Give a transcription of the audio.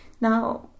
Now